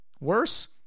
Worse